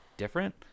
different